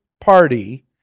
party